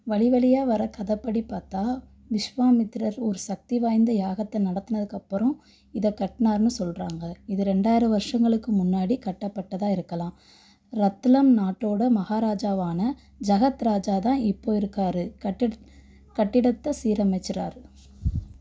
வழி வழியா வர்ற கதைப்படி பார்த்தா விஸ்வாமித்திரர் ஒரு சக்தி வாய்ந்த யாகத்தை நடத்தினதுக்கு அப்புறம் இதை கட்டினாருன்னு சொல்கிறாங்க இது ரெண்டாயிரம் வருஷங்களுக்கு முன்னாடி கட்டப்பட்டதாக இருக்கலாம் ரத்லம் நாட்டோடய மஹாராஜாவான ஜகத் ராஜா தான் இப்போது இருக்கார் கட்டு கட்டிடத்தை சீரமைச்சுறார்